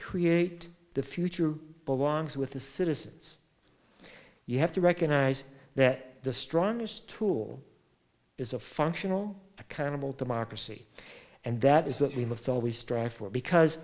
create the future belongs with the citizens you have to recognize that the strongest tool is a functional accountable democracy and that is that we must always strive for because